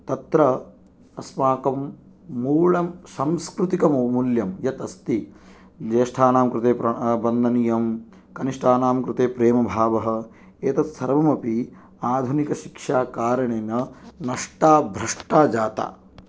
तत्र अस्माकं मूलं सांस्कृतिक मूल्यं यत् अस्ति ज्येष्ठानाम कृते वन्दनीयं कनिष्ठानां कृते प्रेम भावः एतत् सर्वमपि आधुनिक शिक्षा कारणेन नष्टा भ्रष्टा जाता